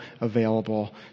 available